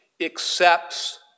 accepts